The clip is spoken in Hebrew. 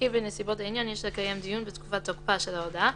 כי בנסיבות העניין יש לקיים דיון בתקופת תוקפה של ההודעה,